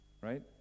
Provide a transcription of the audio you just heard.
right